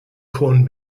cohn